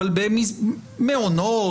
אבל במעונות,